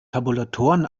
tabulatoren